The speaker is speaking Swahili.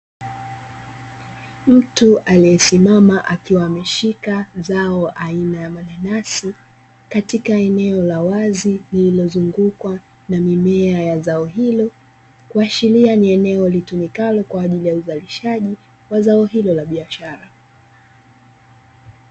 Mtu aliyesimama akiwa ameshika zao aina ya mananasi katika eneo la wazi lililozungukwa na mimea ya zao hilo, kuashiria ni eneo litumikalo kwa ajili ya uzalishaji wa zao hilo la biashara.